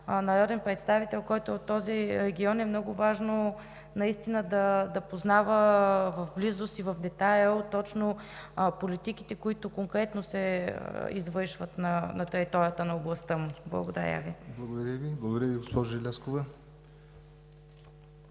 народен представител, който е от този регион, е много важно да познава в близост и в детайли точно политиките, които конкретно се извършват на територията на областта му. Благодаря Ви. ПРЕДСЕДАТЕЛ ЯВОР НОТЕВ: Благодаря Ви, госпожо Желязкова.